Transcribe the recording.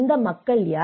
இந்த மக்கள் யார்